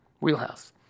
wheelhouse